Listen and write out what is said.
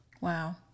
Wow